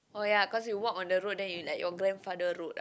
oh ya cause you walk on the road then you like your grandfather road ah